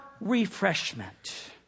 refreshment